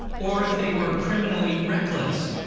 or if they were. criminally reckless.